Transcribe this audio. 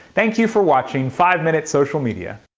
thank you for watching five minute social media.